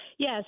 Yes